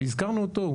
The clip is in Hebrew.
והזכרנו אותו,